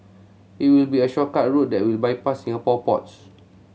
it will be a shortcut route that will bypass Singapore ports